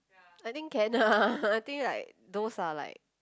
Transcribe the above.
I think can ah I think like those are like